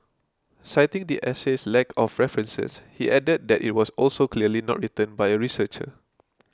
citing the essay's lack of references he added that it was also clearly not written by a researcher